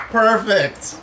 perfect